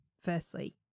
firstly